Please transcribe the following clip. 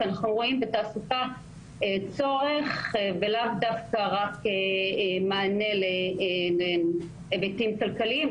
כי אנחנו רואים בתעסוקה צורך ולאו דווקא רק מענה להיבטים כלכליים,